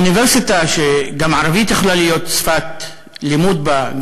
אוניברסיטה שגם ערבית יכולה להיות שפת לימוד בה,